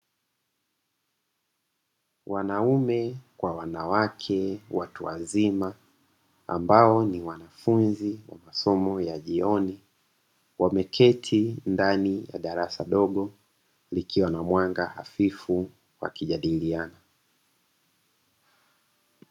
Wanaume kwa wanawake watu wazima ambao ni wanafunzi wa masomo ya jioni, wameketi ndani ya darasa dogo likiwa na mwanga hafifu wakijadiliana.